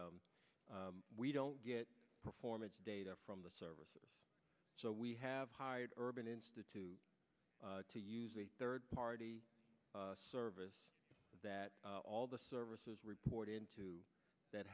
we don't get performance data from the services so we have hired urban institute to use a third party service that all the services report into that